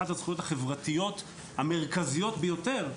אחת הזכויות החברתיות המרכזיות ביותר,